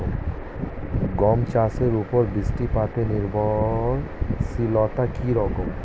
গম চাষের উপর বৃষ্টিপাতে নির্ভরশীলতা কী রকম?